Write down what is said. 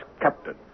Captain